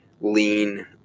lean